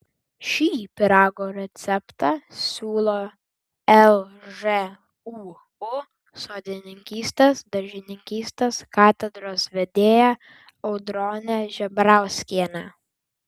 šį pyrago receptą siūlo lžūu sodininkystės daržininkystės katedros vedėja audronė žebrauskienė